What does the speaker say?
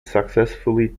successfully